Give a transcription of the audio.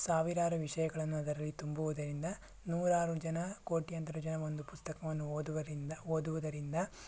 ಸಾವಿರಾರು ವಿಷಯಗಳನ್ನು ಅದರಲ್ಲಿ ತುಂಬುವುದರಿಂದ ನೂರಾರು ಜನ ಕೋಟ್ಯಂತರ ಜನ ಒಂದು ಪುಸ್ತಕವನ್ನು ಓದುವುರಿಂದ ಓದುವುದರಿಂದ